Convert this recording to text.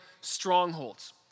strongholds